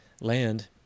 land